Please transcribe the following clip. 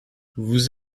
vous